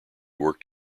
worked